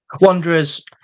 Wanderers